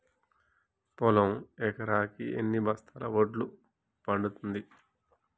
పొలం ఎకరాకి ఎన్ని బస్తాల వడ్లు పండుతుంది?